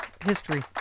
History